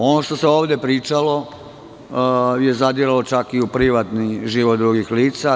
Ono što se ovde pričalo je zadiralo čak i u privatni život drugih lica.